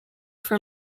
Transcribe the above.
for